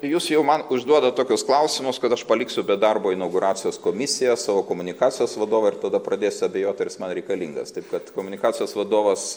jūs jau man užduodat tokius klausimus kad aš paliksiu be darbo inauguracijos komisiją savo komunikacijos vadovą ir tada pradėsiu abejot ar jis man reikalingas taip kad komunikacijos vadovas